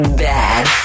bad